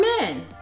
men